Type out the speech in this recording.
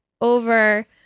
over